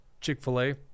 chick-fil-a